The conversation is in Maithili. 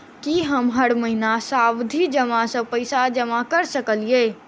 की हम हर महीना सावधि जमा सँ पैसा जमा करऽ सकलिये?